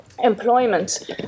employment